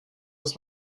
muss